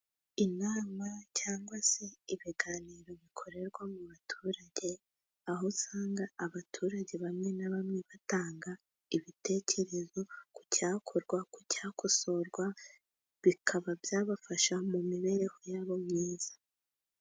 Inama cyangwa se ibiganiro bikorerwa mu baturage. Aho usanga abaturage bamwe na bamwe batanga ibitekerezo ku cyakorwa, ku cyakosorwa bikaba byabafasha mu mibereho yabo myiza.